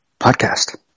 podcast